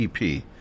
EP